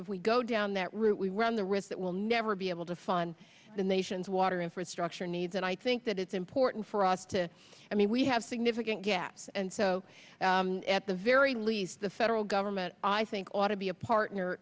if we go down that route we run the risk that will never be able to fund the nation's water infrastructure needs and i think that it's important for us to i mean we have significant gaps and so at the very least the federal government i think ought to be a partner